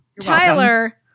Tyler